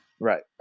Right